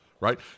right